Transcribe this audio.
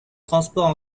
transports